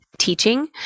teaching